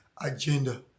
agenda